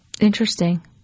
Interesting